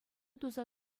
туса